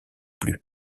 plus